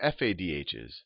FADHs